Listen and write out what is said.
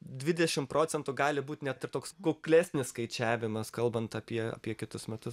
dvidešimt procentų gali būt net ir toks kuklesnis skaičiavimas kalbant apie apie kitus metus